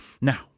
Now